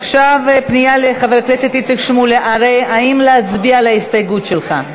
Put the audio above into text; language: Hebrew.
עכשיו פנייה לחבר הכנסת איציק שמולי: האם להצביע על ההסתייגות שלך?